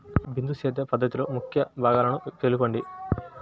బిందు సేద్య పద్ధతిలో ముఖ్య భాగాలను తెలుపండి?